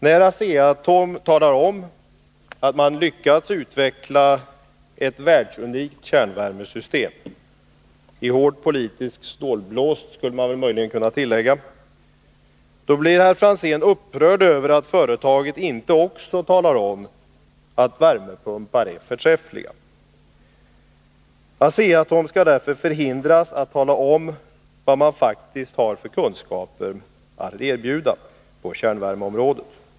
När Asea-Atom talar om att man lyckats utveckla ett världsunikt kärnvärmesystem — i hård politisk snålblåst, skulle man möjligen kunna tillägga — blir herr Franzén upprörd över att företaget inte också talar om att värmepumpar är förträffliga. Asea-Atom skall därför hindras från att berätta vilka kunskaper som företaget faktiskt har att erbjuda på kärnvärmeområdet.